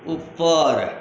ऊपर